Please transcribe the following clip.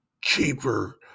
cheaper